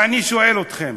ואני שואל אתכם,